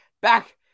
Back